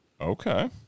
Okay